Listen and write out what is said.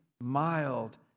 mild